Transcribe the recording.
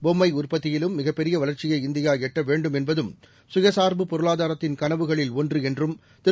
பொம்மை உற்பத்தியிலும் மிகப் பெரிய வளர்ச்சியை இந்தியா எட்ட வேண்டும் என்பதும் சுயசார்பு பொருளாதாரத்தின் கனவுகளில் ஒன்று என்றும் திரு